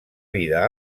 vida